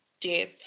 death